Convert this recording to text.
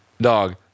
Dog